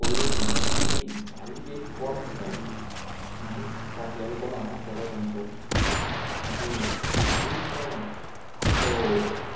पयलू म्हणल्यार आमी बारीक एक कोंडो घेताले बारीक तासलेलो कोंडो आं बरो सामको सामको बारीक कोंडो तो